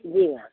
जी ma'am